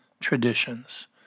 traditions